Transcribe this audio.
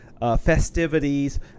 festivities